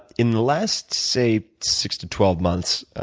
in the last, say, six to twelve months,